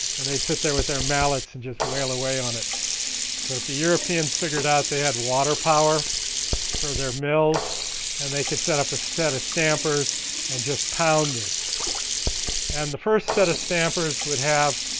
and they would sit there with their mallets and just wail away on it but the europeans figured out they have water power for their mills and they could set up a set of stampers and just pound this and the first set of stampers would have